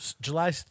July